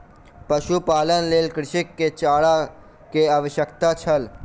पशुपालनक लेल कृषक के चारा के आवश्यकता छल